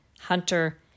Hunter